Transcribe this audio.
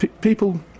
people